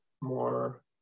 more